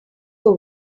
your